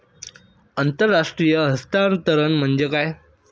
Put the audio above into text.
आंतरराष्ट्रीय हस्तांतरण म्हणजे काय?